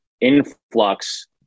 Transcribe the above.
influx